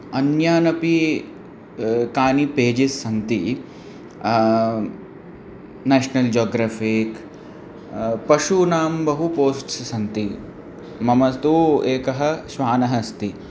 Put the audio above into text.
अन्यान् अपि कानि पेजेस् सन्ति नेश्नल् जोग्रफ़ीक् पशूनां बहु पोस्ट्स् सन्ति मम तु एकः श्वानः अस्ति